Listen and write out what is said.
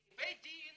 כי בית דין